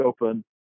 open